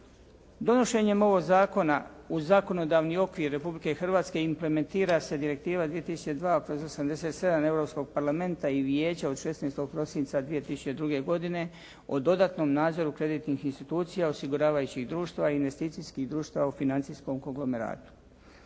Donošenjem ovog zakona u zakonodavni okvir Republike Hrvatske implementira se direktiva 2002/87 Europskog parlamenta i Vijeća od 16. prosinca 2002. godine o dodatnom nadzoru kreditnih institucija, osiguravajućih društava, investicijskih društava u financijskom konglomeratu.